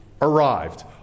arrived